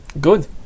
Good